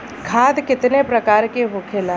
खाद कितने प्रकार के होखेला?